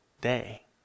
day